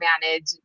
manage